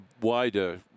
wider